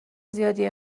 زیادی